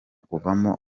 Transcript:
kuvamo